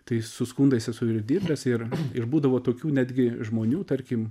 tai su skundais esu ir dirbęs ir ir būdavo tokių netgi žmonių tarkim